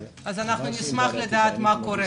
נשמח לדעת מה קורה